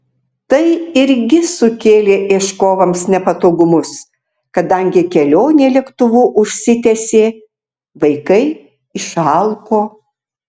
tai irgi sukėlė ieškovams nepatogumus kadangi kelionė lėktuvu užsitęsė vaikai išalko